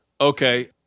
Okay